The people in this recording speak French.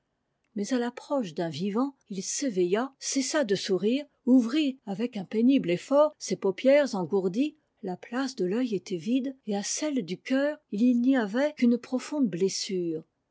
mais à l'approche d'un vivant il s'éveilla cessa de sourire ouvrit avec un pénibte effort ses paupières engourdies la place de fœit était vide et à celle du cœur il n'y avait qu'une profonde blessure